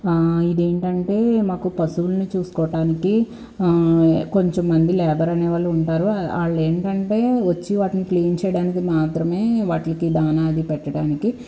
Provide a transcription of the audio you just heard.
ఇదేంటంటే మాకు పశువుల్ని చూసుకోవటానికి కొంచెం మంది లేబర్ అనేవాళ్ళు ఉంటారు వాళ్ళు ఏంటంటే వచ్చి వాటిని క్లీన్ చేయడానికి మాత్రమే వాటికి దాణా అది పెట్టడానికి